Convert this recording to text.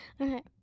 Okay